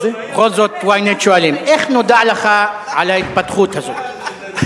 Ynet שואלים: איך נודע לך על ההתפתחות הזאת?